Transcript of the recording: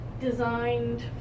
designed